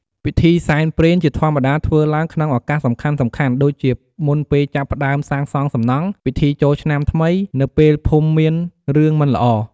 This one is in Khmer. ពិធីសែនព្រេនជាធម្មតាធ្វើឡើងក្នុងឱកាសសំខាន់ៗ ដូចជាមុនពេលចាប់ផ្តើមសាងសង់សំណង់ ពិធីចូលឆ្នាំថ្មីនៅពេលភូមិមានរឿងមិនល្អ ។